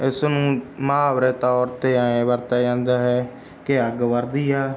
ਇਸ ਨੂੰ ਮੁਹਾਵਰੇ ਤੌਰ 'ਤੇ ਐਂ ਵਰਤਿਆ ਜਾਂਦਾ ਹੈ ਕਿ ਅੱਗ ਵਰਦੀ ਆ